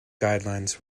guidelines